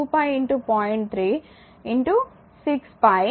3 6 pi 0